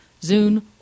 Zune